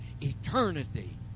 eternity